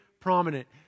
prominent